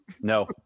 No